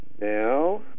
now